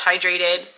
hydrated